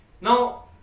Now